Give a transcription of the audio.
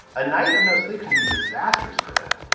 a night of no sleep can be disastrous for them.